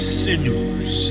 sinews